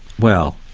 well,